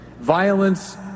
Violence